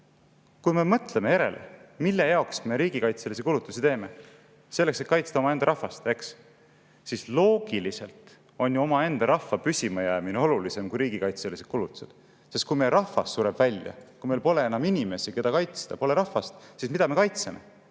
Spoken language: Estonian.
teha? Mõtleme järele, mille jaoks me riigikaitsekulutusi teeme. Selleks, et kaitsta omaenda rahvast, eks. Loogiliselt on ju omaenda rahva püsimajäämine olulisem kui riigikaitsekulutused, sest kui meie rahvas sureb välja, kui meil pole enam inimesi, keda kaitsta, pole rahvast, siis mida me kaitseme?